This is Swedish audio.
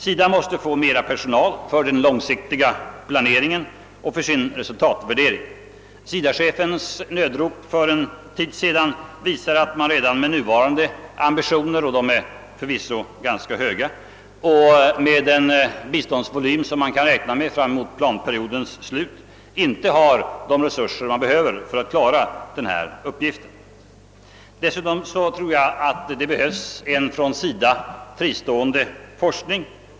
SIDA måste få mera personal för den långsiktiga planeringen och för sin resultatvärdering. SIDA-chefens nödrop för en tid sedan visar att man redan med nuvarande ambitioner och med den biståndsvolym som man kan räkna med fram emot planperiodens slut inte har de resurser man behöver för att klara denna uppgift. Dessutom tror jag att det behövs en från SIDA fristående forskning.